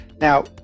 Now